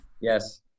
Yes